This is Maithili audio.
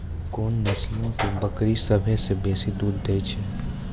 कोन नस्लो के बकरी सभ्भे से बेसी दूध दै छै?